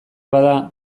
bada